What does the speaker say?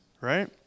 right